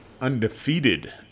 undefeated